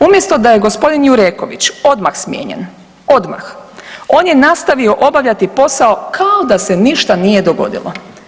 Umjesto da je gospodin Jureković odmah smijenjen odmah, on je nastavio obavljati posao kao da se ništa nije dogodilo.